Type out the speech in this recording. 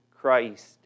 Christ